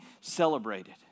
celebrated